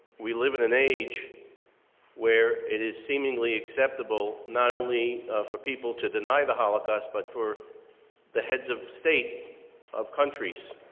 we live in an age where it is seemingly acceptable not only for people to deny the holocaust but for the heads of state of countries,